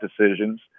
decisions